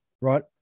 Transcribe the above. Right